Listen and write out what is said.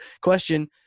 Question